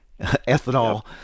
ethanol